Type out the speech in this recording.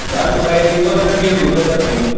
दालि फ्राए थी ॿ सब्जियूं थि ॿ सब्जियूं